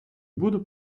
буду